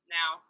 now